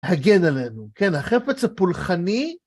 הגן עלינו, כן, החפץ הפולחני.